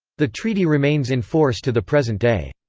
the treaty remains in force to the present day.